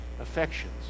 Affections